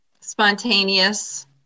Spontaneous